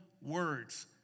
words